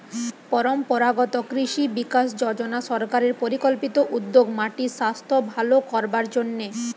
পরম্পরাগত কৃষি বিকাশ যজনা সরকারের পরিকল্পিত উদ্যোগ মাটির সাস্থ ভালো করবার জন্যে